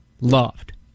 loved